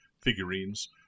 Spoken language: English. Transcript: figurines